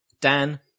Dan